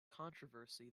controversy